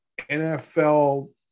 NFL